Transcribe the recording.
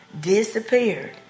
Disappeared